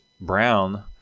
brown